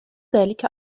ذلك